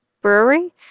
Brewery